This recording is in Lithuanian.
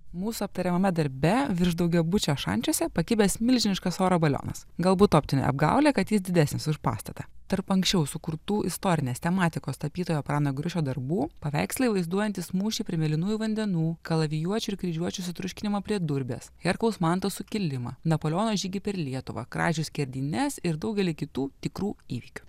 mūsų aptariamame darbe virš daugiabučio šančiuose pakibęs milžiniškas oro balionas galbūt optinė apgaulė kad jis didesnis už pastatą tarp anksčiau sukurtų istorinės tematikos tapytojo prano griušio darbų paveikslai vaizduojantys mūšį prie mėlynųjų vandenų kalavijuočių ir kryžiuočių sutriuškinimą prie durbės herkaus manto sukilimą napoleono žygį per lietuvą kražių skerdynes ir daugelį kitų tikrų įvykių